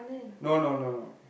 no no no